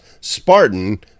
Spartan